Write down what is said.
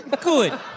Good